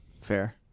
fair